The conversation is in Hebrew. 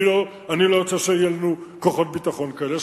אני לא רוצה שיהיו לנו כוחות ביטחון כאלה.